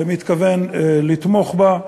מתכוון לתמוך בה,